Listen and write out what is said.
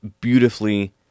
beautifully